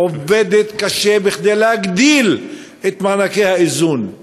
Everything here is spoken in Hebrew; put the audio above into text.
עובדים קשה כדי להגדיל את מענקי האיזון,